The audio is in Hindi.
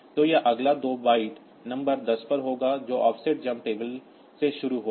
तो वह मामला 2 बाइट नंबर 10 पर होगा जो ऑफसेट जंप टेबल से शुरू होगा